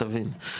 תבין,